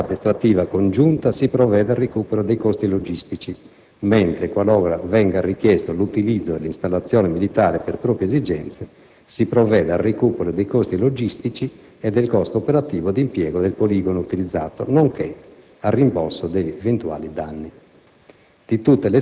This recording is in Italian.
Nel caso in cui la forza armata straniera partecipi ad attività addestrativa congiunta si provvede al recupero dei costi logistici, mentre, qualora venga richiesto l'utilizzo dell'installazione militare per proprie esigenze, si provvede al recupero dei costi logistici e del costo operativo d'impiego del poligono utilizzato, nonché